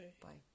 Bye